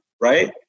Right